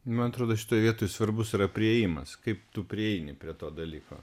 man atrodo šitoj vietoj svarbus yra priėjimas kaip tu prieini prie to dalyko